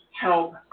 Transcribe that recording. help